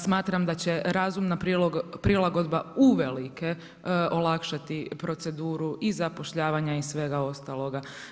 Smatram da će razumna prilagodba uvelike olakšati proceduru i zapošljavanja i svega ostaloga.